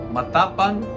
Matapang